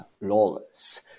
lawless